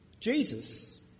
Jesus